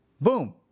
Boom